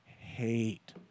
hate